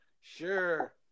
sure